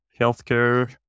healthcare